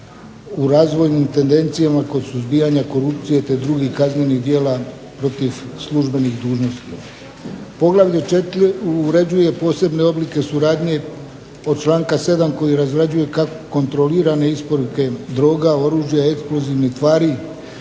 u razvojnim tendencijama kod suzbijanja korupcije te drugih kaznenih djela protiv službenih dužnosnika. U poglavlju 4. uređuje posebne oblike suradnje po članka 7. koji razrađuje kontrolirane isporuke droga, oružja, eksplozivnih tvari,